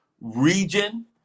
region